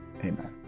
amen